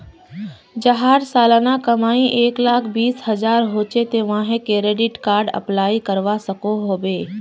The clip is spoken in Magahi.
जहार सालाना कमाई एक लाख बीस हजार होचे ते वाहें क्रेडिट कार्डेर अप्लाई करवा सकोहो होबे?